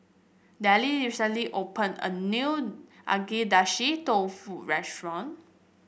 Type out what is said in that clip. Dellie recently opened a new Agedashi Dofu restaurant